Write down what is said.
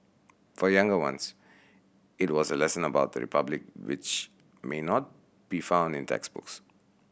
for younger ones it was a lesson about the Republic which may not be found in textbooks